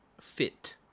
fit